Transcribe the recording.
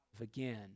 again